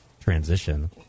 transition